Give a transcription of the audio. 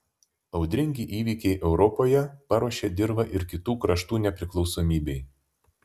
audringi įvykiai europoje paruošė dirvą ir kitų kraštų nepriklausomybei